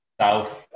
south